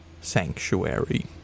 sanctuary